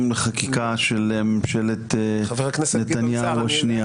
לענייני חקיקה של ממשלת נתניהו השנייה.